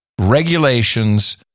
regulations